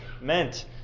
meant